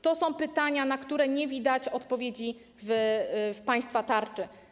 To są pytania, na które nie widać odpowiedzi w państwa tarczy.